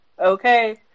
okay